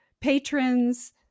patrons